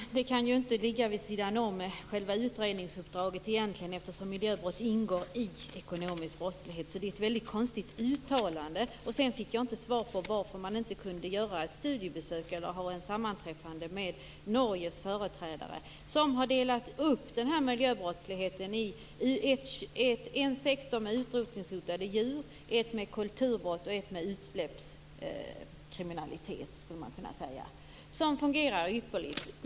Herr talman! Det kan ju inte ligga vid sidan om själva utredningsuppdraget, eftersom miljöbrott ingår i ekonomisk brottslighet. Det är ett väldigt konstigt uttalande. Jag fick inte svar på frågan varför man inte kunde göra ett studiebesök hos eller ha ett sammanträffande med Norges företrädare. Där har man delat upp miljöbrottsligheten i en sektor med utrotningshotade djur, en sektor med kulturbrott och en sektor med utsläppskriminalitet, och det fungerar ypperligt.